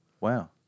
Wow